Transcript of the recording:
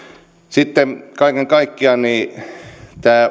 sitten kaiken kaikkiaan tämä